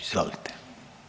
Izvolite.